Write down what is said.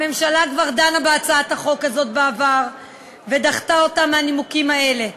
הממשלה כבר דנה בהצעת החוק הזאת בעבר ודחתה אותה מהנימוקים האלה.